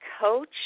coach